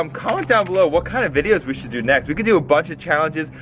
um comment down below what kind of videos we should do next. we can do a bunch of challenges.